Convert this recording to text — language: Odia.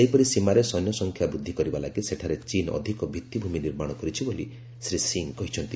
ସେହିପରି ସୀମାରେ ସୈନ୍ୟସଂଖ୍ୟା ବୃଦ୍ଧି କରିବା ଲାଗି ସେଠାରେ ଚୀନ ଅଧିକ ଭିଭିଭିମି ନିର୍ମାଣ କରିଛି ବୋଲି ଶ୍ରୀ ସିଂହ କହିଛନ୍ତି